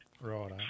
right